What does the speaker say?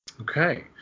Okay